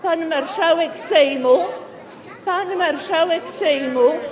Pan marszałek Sejmu, pan marszałek Sejmu.